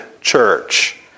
Church